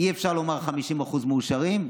אי-אפשר לומר ש-50% מאושרים.